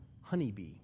honeybee